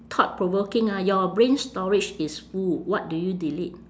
thought-provoking ah your brain storage is full what do you delete